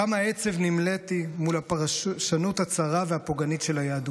כמה עצב נמלאתי מול הפרשנות הצרה והפוגענית של היהדות.